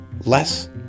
less